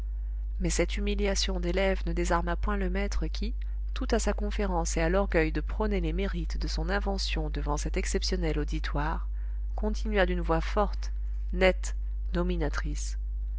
mais cette humiliation d'élève ne désarma point le maître qui tout à sa conférence et à l'orgueil de prôner les mérites de son invention devant cet exceptionnel auditoire continua d'une voix forte nette dominatrice